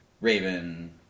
Raven